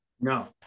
No